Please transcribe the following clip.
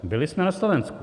Byli jsme na Slovensku.